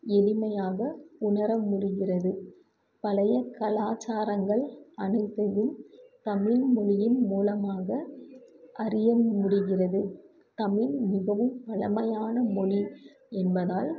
எளிமையாக உணரமுடிகிறது பழைய கலாச்சாரங்கள் அனைத்தையும் தமிழ் மொழியின் மூலமாக அறிய முடிகிறது தமிழ் மிகவும் பழமையான மொழி என்பதால்